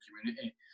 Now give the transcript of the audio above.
community